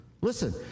Listen